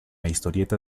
historieta